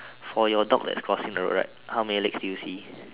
for your dogs that's crossing your road right how many legs do you see